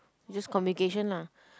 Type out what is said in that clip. just communication lah